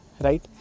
right